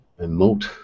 emote